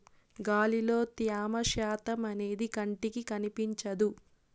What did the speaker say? గాలిలో త్యమ శాతం అనేది కంటికి కనిపించదు